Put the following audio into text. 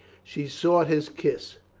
she sought his kiss.